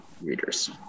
readers